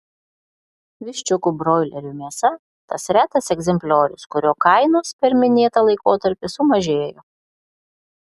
viščiukų broilerių mėsa tas retas egzempliorius kurio kainos per minėtą laikotarpį sumažėjo